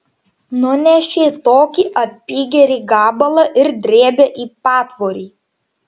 nunešė tokį apygerį gabalą ir drėbė į patvorį